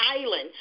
island